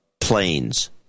planes